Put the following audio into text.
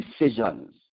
decisions